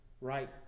right